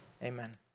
Amen